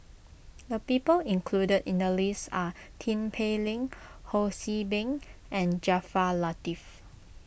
the people included in the list are Tin Pei Ling Ho See Beng and Jaafar Latiff